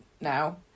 now